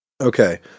Okay